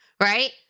Right